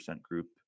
group